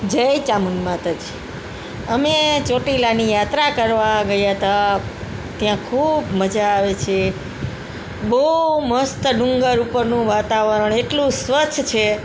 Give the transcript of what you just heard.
જય ચામુંડ માતાજી અમે ચોટીલાની યાત્રા કરવા ગયા હતા ત્યાં ખૂબ મજા આવે છે બહુ મસ્ત ડુંગર ઉપરનું વાતાવરણ એટલું સ્વચ્છ છે